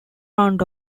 round